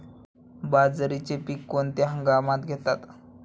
बाजरीचे पीक कोणत्या हंगामात घेतात?